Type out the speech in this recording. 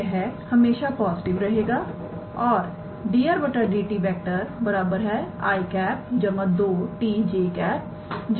तो यह हमेशा पॉजिटिव रहेगा और 𝑑 𝑟⃗ 𝑑𝑡 𝑖̂ 2𝑡𝑗̂ 3𝑡 2𝑘̂ और